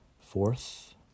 fourth